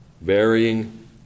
Varying